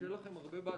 ושיהיה לכם הרבה בהצלחה.